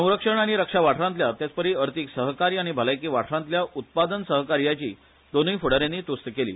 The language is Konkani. संरक्षण आनी रक्षा वाठारांतल्या तेचपरी अर्थीक सहकार्य आनी भलायकी वाठारांतल्या उत्पादन सहकार्याची दोनूय फुडा यांनी तुस्त केली